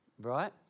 right